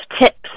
tips